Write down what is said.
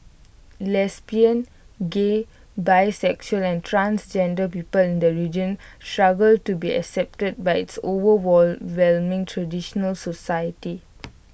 lesbian gay bisexual and transgender people in the region struggle to be accepted by its traditional societies